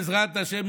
בעזרת השם,